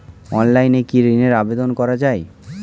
অনলাইনে কি ঋনের আবেদন করা যায়?